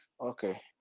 Okay